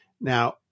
Now